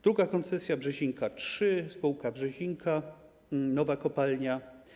Druga koncesja: Brzezinka 3, spółka Brzezinka, nowa kopalnia.